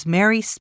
Mary